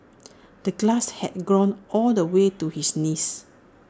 the grass had grown all the way to his knees